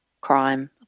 crime